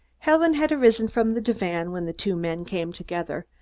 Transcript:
helen had arisen from the divan when the two men came together.